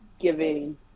giving